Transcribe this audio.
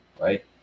right